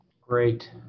Great